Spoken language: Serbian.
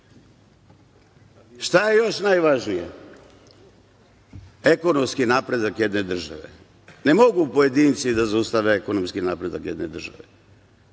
je još najvažnije? Ekonomski napredak jedne države. Ne mogu pojedinci da zaustave ekonomski napredak jedne države.